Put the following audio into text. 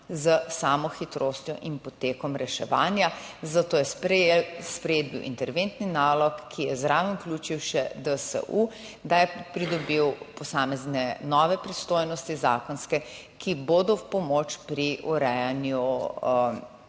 s samo hitrostjo in potekom reševanja, zato je sprejet bil interventni nalog, ki je zraven vključil še DSU, da je pridobil posamezne nove pristojnosti, zakonske, ki bodo v pomoč pri urejanju